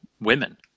women